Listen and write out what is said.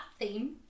theme